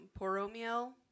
Poromiel